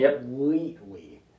completely